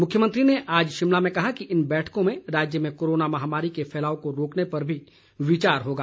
मुख्यमंत्री ने आज शिमला में कहा कि इन बैठकों में राज्य में कोरोना महामारी के फैलाव को रोकने पर भी विचार होगा